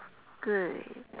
good